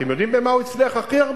אתם יודעים במה הוא הכי הצליח?